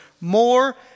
more